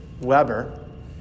Weber